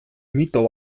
mito